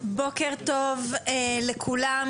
בוקר טוב לכולם,